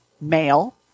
male